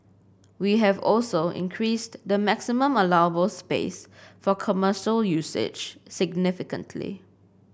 we have also increased the maximum allowable space for commercial usage significantly